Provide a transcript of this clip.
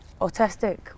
autistic